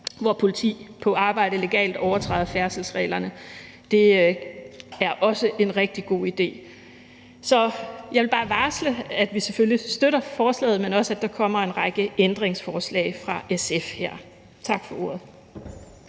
hvor politi på arbejde legalt overtræder færdselsreglerne. Det er også en rigtig god idé. Så jeg vil bare varsle, at vi selvfølgelig støtter forslaget, men også, at der kommer en række ændringsforslag fra SF. Tak for ordet.